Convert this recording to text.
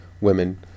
women